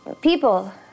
people